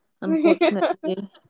Unfortunately